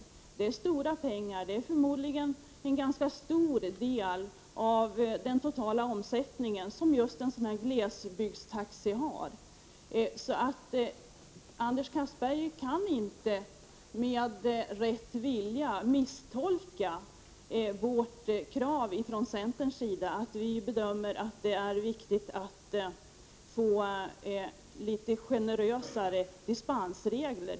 Det är stora pengar — det är förmodligen en ganska stor del av den totala omsättning som en glesbygdstaxirörelse har. Med rätt vilja kan Anders Castberger inte gärna misstolka centerns krav på något generösare dispensregler.